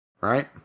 right